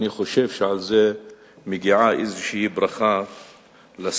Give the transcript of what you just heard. אני חושב שעל זה מגיעה איזו ברכה לשר,